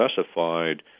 specified